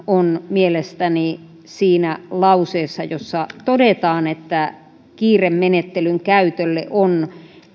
on mielestäni siinä lauseessa jossa todetaan että kiiremenettelyn käytölle on